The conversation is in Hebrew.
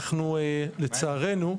לצערנו,